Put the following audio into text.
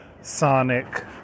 Sonic